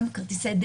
נכון.